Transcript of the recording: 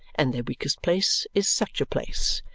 and their weakest place is such a place.